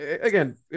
Again